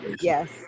Yes